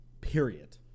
period